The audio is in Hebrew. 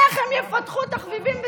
איך הם יפתחו תחביבים וזוגיות,